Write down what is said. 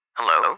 Hello